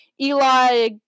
Eli